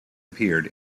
appeared